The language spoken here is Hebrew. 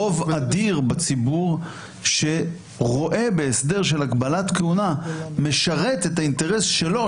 רוב אדיר בציבור שרואה בהסדר של הגבלת כהונה משרת את האינטרס שלו,